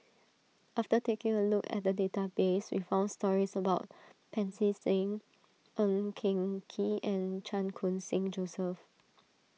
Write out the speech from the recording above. after taking a look at the database we found stories about Pancy Seng Ng Eng Kee and Chan Khun Sing Joseph